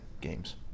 games